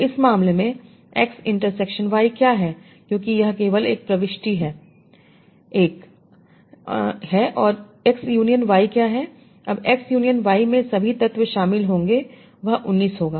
तो इस मामले में X इंटरसेक्शन Y क्या है क्योंकि यह केवल एक ही प्रविष्टि है 1 है और एक्स यूनियन वाई क्या है अब एक्स यूनियन वाई में सभी तत्व शामिल होंगे यह 19 होगा